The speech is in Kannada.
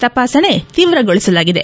ತಪಾಸಣೆ ತೀವ್ರಗೊಳಿಸಲಾಗಿದೆ